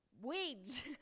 weeds